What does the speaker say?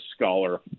scholar